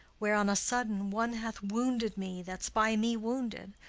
where on a sudden one hath wounded me that's by me wounded.